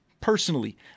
personally